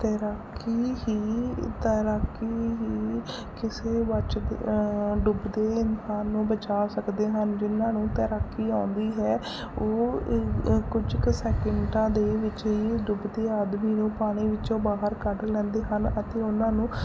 ਤੈਰਾਕੀ ਹੀ ਤੈਰਾਕੀ ਹੀ ਕਿਸੇ ਬਚਦੇ ਡੁੱਬਦੇ ਇਨਸਾਨ ਨੂੰ ਬਚਾ ਸਕਦੇ ਹਨ ਜਿਨਾਂ ਨੂੰ ਤੈਰਾਕੀ ਆਉਂਦੀ ਹੈ ਉਹ ਕੁਝ ਕ ਸੈਕਿੰਡਾਂ ਦੇ ਵਿੱਚ ਡੁੱਬਦੇ ਆਦਮੀ ਨੂੰ ਪਾਣੀ ਵਿੱਚੋਂ ਬਾਹਰ ਕੱਢ ਲੈਂਦੇ ਹਨ ਅਤੇ ਉਹਨਾਂ ਨੂੰ